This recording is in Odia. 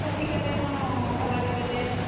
ସେଠି କେତେ କ'ଣ ସାଲାରୀ ଦେବେ